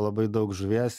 labai daug žuvies